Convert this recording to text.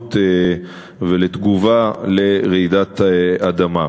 להיערכות ולתגובה לרעידת אדמה.